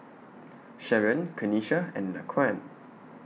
Sharron Kanesha and Laquan